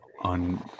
on